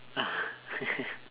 ah